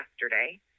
yesterday